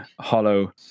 hollow